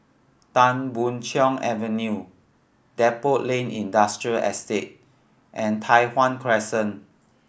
Tan Boon Chong Avenue Depot Lane Industrial Estate and Tai Hwan Crescent